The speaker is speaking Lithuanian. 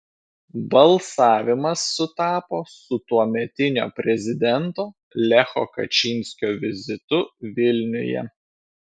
balsavimas sutapo su tuometinio prezidento lecho kačynskio vizitu vilniuje